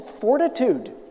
fortitude